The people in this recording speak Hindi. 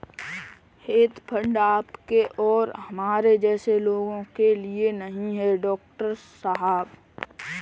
हेज फंड आपके और हमारे जैसे लोगों के लिए नहीं है, डॉक्टर साहब